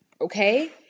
Okay